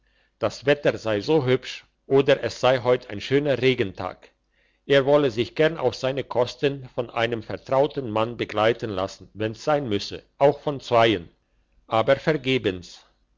das wetter sei so hübsch oder es sei heut ein schöner regentag er wolle sich gern auf seine kosten von einem vertrauten mann begleiten lassen wenn's sein müsse auch von zweien aber vergebens